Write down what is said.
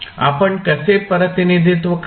आपण कसे प्रतिनिधित्व कराल